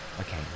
Okay